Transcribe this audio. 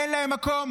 אין להם מקום.